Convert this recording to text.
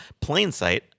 Plainsight